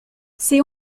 c’est